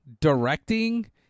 directing